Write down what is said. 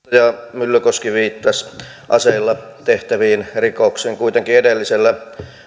myllykoski viittasi aseilla tehtäviin rikoksiin kuitenkin edellisellä